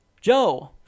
Joe